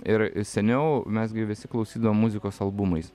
ir seniau mes gi visi klausydavom muzikos albumais